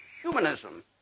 humanism